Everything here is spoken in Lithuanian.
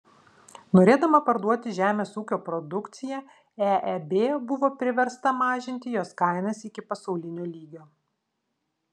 norėdama parduoti žemės ūkio produkciją eeb buvo priversta mažinti jos kainas iki pasaulinio lygio